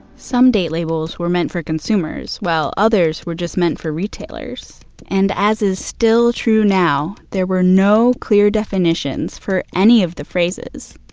some date labels were meant for consumers, while others were just meant for retailers and as is still true now, there were no clear definitions for any of the phrases,